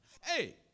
hey